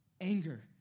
anger